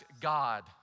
God